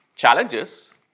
Challenges